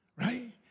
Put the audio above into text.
right